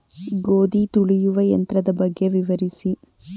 ಗೋಧಿ ತುಳಿಯುವ ಯಂತ್ರದ ಬಗ್ಗೆ ವಿವರಿಸಿ?